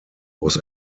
was